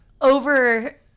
over